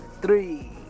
three